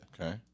Okay